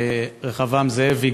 רחבעם זאבי,